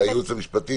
תנגיש להם את הלשכה,